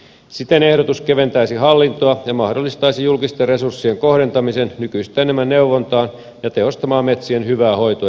siten ehdotus keventäisi hallintoa ja mahdollistaisi julkisten resurssien kohdentamisen nykyistä enemmän neuvontaan ja tehostamaan metsien hyvää hoitoa ja käyttöä